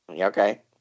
Okay